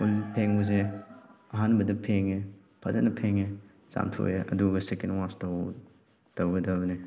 ꯀꯣꯟ ꯐꯦꯡꯕꯁꯦ ꯑꯍꯥꯟꯕꯗ ꯐꯦꯡꯉꯦ ꯐꯖꯅ ꯐꯦꯡꯉꯦ ꯆꯥꯝꯊꯣꯛꯑꯦ ꯑꯗꯨꯒ ꯁꯦꯀꯦꯟ ꯋꯥꯁ ꯇꯧ ꯇꯧꯒꯗꯕꯅꯦ